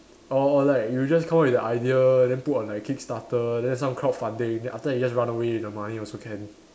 or or like you just come up with the idea then put on like kickstarter then some crowdfunding then after that you just run away with the money also can